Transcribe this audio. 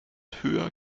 höher